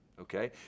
Okay